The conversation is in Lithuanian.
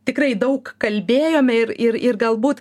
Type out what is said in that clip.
tikrai daug kalbėjome ir ir galbūt